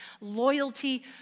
loyalty